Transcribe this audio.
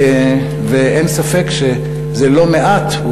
ואין ספק שזה לא מעט,